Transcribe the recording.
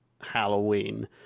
halloween